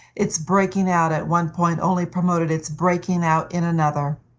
its breaking out at one point only promoted its breaking out in another.